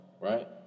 right